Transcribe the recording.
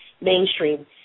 mainstream